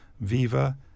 Viva